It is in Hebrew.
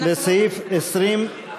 לסעיף 20(1)